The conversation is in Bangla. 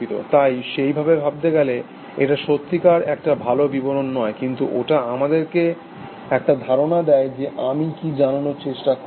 তাই সেইভাবে ভাবতে গেলে এটা সত্যিকার একটা ভালো বিবরণ নয় কিন্তু ওটা আমাদেরকে একটা ধারণা দেয় যে আমি কি জানানোর চেষ্টা করছি